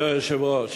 אדוני היושב-ראש,